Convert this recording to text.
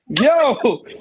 Yo